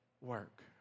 work